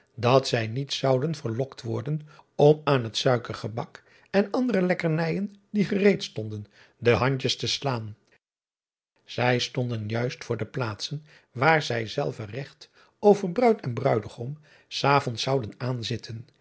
dat zij niet zouden verlokt worden om aan het suikergebak en andere lekkernijen die gereed stonden de handjes te slaan ij stonden juist voor de plaatsen waar zij zelve regt over ruid en ruidegom s avonds zouden aanzitten